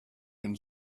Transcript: can